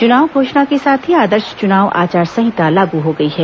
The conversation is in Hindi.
चुनाव घोषणा के साथ ही आदर्श चुनाव आचार संहिता लागू हो गई है